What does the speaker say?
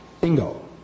Bingo